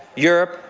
europe,